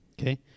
Okay